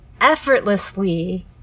effortlessly